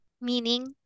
meaning